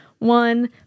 one